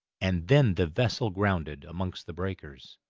and then the vessel grounded amongst the breakers.